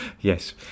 yes